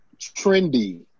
trendy